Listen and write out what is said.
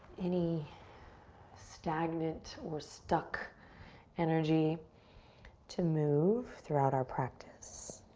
any stagnant or stuck energy to move throughout our practice.